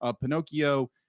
Pinocchio